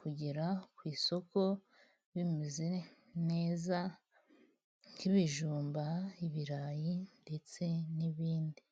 kugera ku isoko bimeze neza nk'ibijumba, ibirayi ndetse n'ibindi.